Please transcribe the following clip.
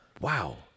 Wow